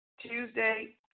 Tuesday